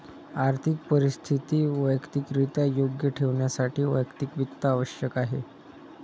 आर्थिक परिस्थिती वैयक्तिकरित्या योग्य ठेवण्यासाठी वैयक्तिक वित्त आवश्यक आहे